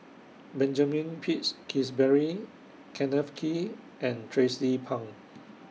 Benjamin Peach Keasberry Kenneth Kee and Tracie Pang